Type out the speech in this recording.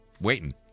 waiting